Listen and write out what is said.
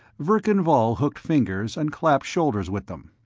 verkan vall hooked fingers and clapped shoulders with them.